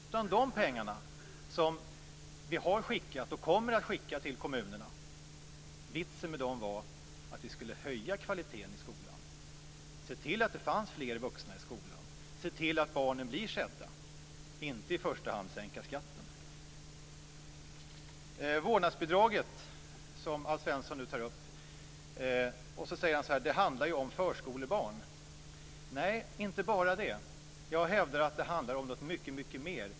Vitsen med de pengar som vi har skickat och kommer att skicka till kommunerna var att vi skulle höja kvaliteten i skolan, se till att det finns fler vuxna i skolan och se till att barnen blir sedda - inte i första hand att sänka skatten. Vårdnadsbidraget tar nu Alf Svensson upp, och han säger att det handlar om förskolebarn. Nej, inte bara det. Jag hävdar att det handlar om mycket mer än så.